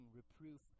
reproof